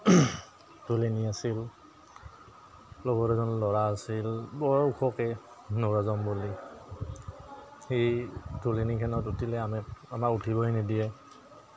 আছিল লগৰ এজন ল'ৰা আছিল বৰ ওখকৈ নৰাজম বুলি সি খনত উঠিলে আমি আমাক উঠিবই নিদিয়ে